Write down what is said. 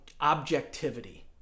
objectivity